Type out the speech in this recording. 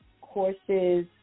courses